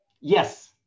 Yes